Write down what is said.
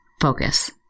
focus